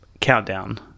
Countdown